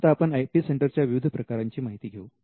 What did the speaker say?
आता आपण IP centre च्या विविध प्रकारांची माहिती घेऊ